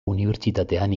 unibertsitatean